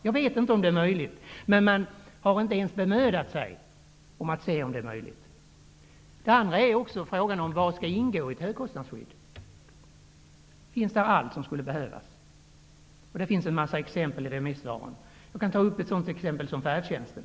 Jag vet inte om det är möjligt, men man har inte ens bemödat sig att se efter om det är möjligt. Man kan också fråga sig vad som skall ingå i ett högkostnadsskydd. Finns allt som skulle behövas med? Det finns i remissvaren en mängd exempel. Ett sådant exempel är färdtjänsten.